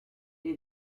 est